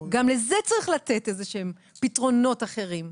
גם לזה צריך לתת איזה שהם פתרונות אחרים.